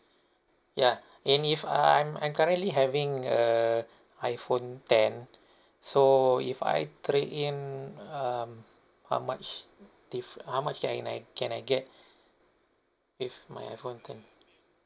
yeah and if I'm I'm currently having a iphone ten so if I trade in um how much diff~ how much that I and I can I get with my iphone ten